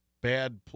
bad